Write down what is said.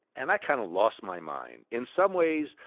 and i kind of lost my mind. in some ways,